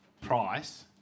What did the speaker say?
price